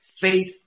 faith